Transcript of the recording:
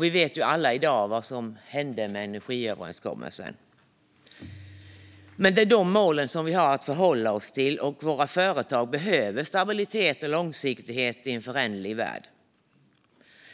Vi vet ju alla i dag vad som hände med energiöverenskommelsen, men det är de här målen vi har att förhålla oss till. Och våra företag behöver stabilitet och långsiktighet i en föränderlig värld.